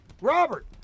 Robert